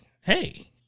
hey